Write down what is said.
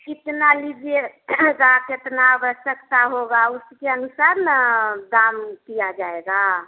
कितना लीजिए गा कितना आवश्यकता होगा उसके अनुसार ना दाम किया जाएगा